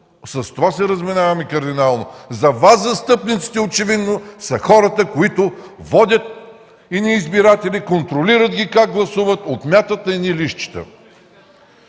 В това се разминаваме кардинално. За Вас застъпниците очевидно са хората, които водят едни избиратели, контролират ги как гласуват и отмятат на едни листчета.